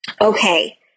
Okay